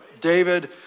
David